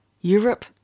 Europe